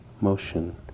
motion